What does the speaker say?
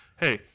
hey